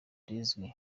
rizwi